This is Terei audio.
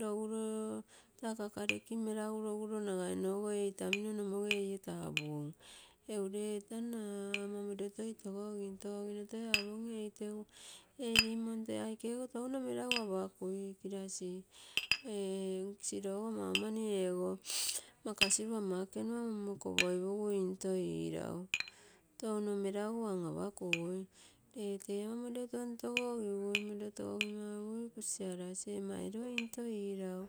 Logulo taa kakareke melagu loguro nagaimo ee itami no noomoge eie tapumm egu lee etano anaa morpio toi togogim. Togogino toi apogim ei te gu ei rimom aike go touno melagu apakui. Kirasi ee sirogo maumani ego makasilu ama ekenua monmokopoipu gu moliro tontogogigui. Moliro togogimoaapogi ei kusiarasi u ei mai oiro into iirau.